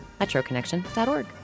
MetroConnection.org